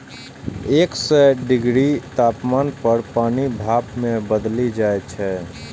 एक सय डिग्री तापमान पर पानि भाप मे बदलि जाइ छै